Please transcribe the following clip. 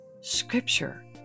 Scripture